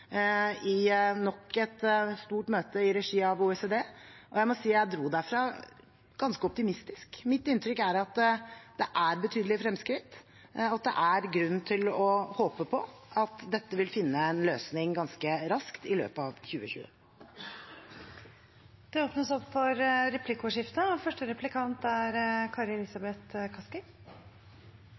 i nok et stort møte i regi av OECD, og jeg må si jeg dro derfra ganske optimistisk. Mitt inntrykk er at det er betydelige fremskritt, og at det er grunn til å håpe på at dette vil finne en løsning ganske raskt i løpet av 2020. Det blir replikkordskifte. Jeg takker for finansministerens innlegg. Det er klart at det er